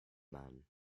man